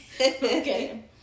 Okay